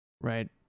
Right